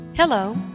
Hello